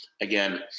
Again